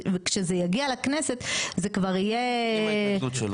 וכשזה יגיע לכנסת זה כבר יהיה -- עם ההתנגדות שלו.